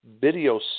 video